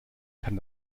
kann